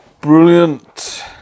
Brilliant